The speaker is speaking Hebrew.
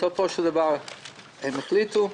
בסופו של דבר הם החליטו.